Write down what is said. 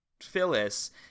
phyllis